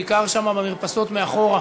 בעיקר שם במרפסות מאחור.